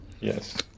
yes